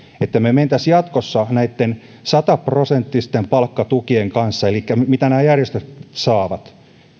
että me menisimme jatkossa näitten sata prosenttisten palkkatukien kanssa elikkä niitten kanssa mitä nämä järjestöt saavat